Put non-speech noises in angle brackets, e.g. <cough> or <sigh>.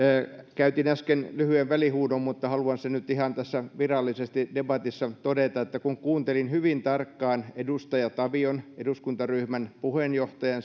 käytin äsken lyhyen välihuudon mutta haluan tämän nyt ihan virallisesti debatissa todeta kuuntelin hyvin tarkkaan edustaja tavion siis eduskuntaryhmän puheenjohtajan <unintelligible>